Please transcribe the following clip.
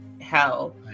hell